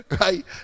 right